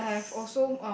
yes